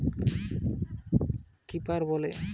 মৌমাছি যারা অপিয়ারীতে পালন করেটে তাদিরকে বী কিপার বলে